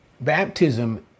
baptism